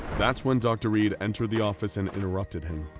that's when dr. reed entered the office and interrupted him.